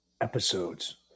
episodes